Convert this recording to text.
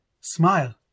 Smile